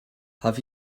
have